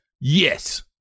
yes